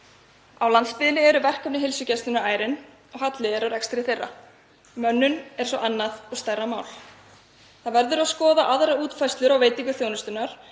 Á landsbyggðinni eru verkefni heilsugæslunnar ærin og halli er á rekstri þeirra. Mönnun er svo annað og stærra mál. Það verður að skoða aðrar útfærslur á veitingu þjónustunnar